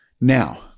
Now